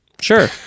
sure